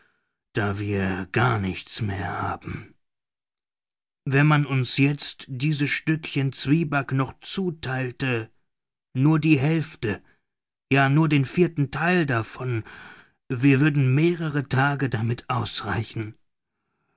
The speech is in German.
da wir gar nichts mehr haben wenn man uns jetzt diese stückchen zwieback noch zutheilte nur die hälfte ja nur den vierten theil davon wir würden mehrere tage damit ausreichen